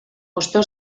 hosto